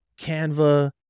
Canva